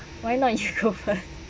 why not you go first